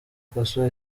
faso